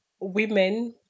women